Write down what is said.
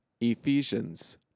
Ephesians